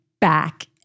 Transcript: back